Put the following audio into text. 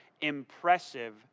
impressive